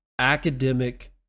academic